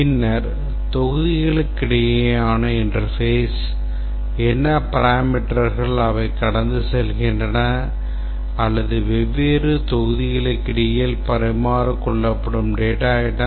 பின்னர் தொகுதிகளுக்கிடையேயான interface என்ன பராமீட்டர்கள் அவை கடந்து செல்கின்றன அல்லது வெவ்வேறு தொகுதிகளுக்கு இடையில் பரிமாறிக்கொள்ளப்படும் data items